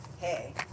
Hey